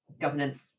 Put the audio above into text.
governance